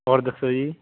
ਹੋਰ ਦੱਸੋ ਜੀ